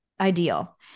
ideal